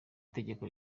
itegeko